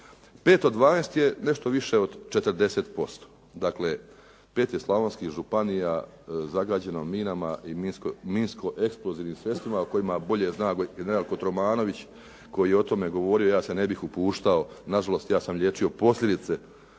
dvanaest je nešto više od 40%. Dakle, pet je slavonskih županija zagađeno minama i minsko eksplozivnim sredstvima o kojima bolje zna general Kotromanović koji je o tome govorio, ja se ne bih upuštao, nažalost ja sam liječio posljedice